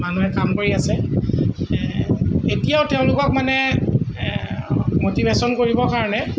মানুহে কাম কৰি আছে এতিয়াও তেওঁলোকক মানে ম'টিভেশ্যন কৰিবৰ কাৰণে